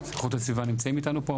איכות הסביבה נמצאים איתנו פה?